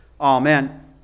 Amen